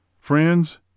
Friends